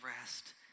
rest